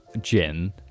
gin